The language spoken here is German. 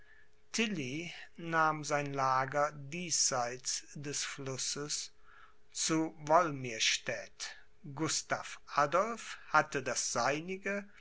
nahm sein lager diesseits des flusses zu wolmirstädt gustav adolph hatte das seinige